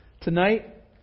Tonight